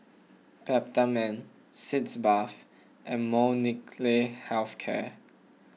Peptamen Sitz Bath and Molnylcke Health Care